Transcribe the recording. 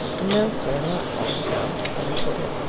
no, sir not long ago, i retorted.